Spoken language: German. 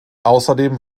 außerdem